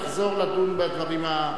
נחזור לדון בדברים,